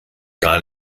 gar